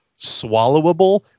swallowable